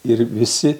ir visi